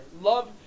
love